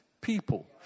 People